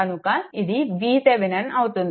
కనుక ఇది VThevenin అవుతుంది